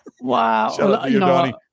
wow